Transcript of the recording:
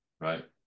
right